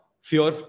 fear